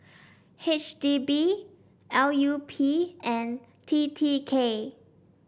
H D B L U P and T T K